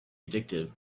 addictive